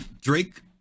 Drake